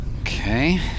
okay